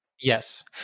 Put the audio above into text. Yes